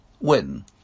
win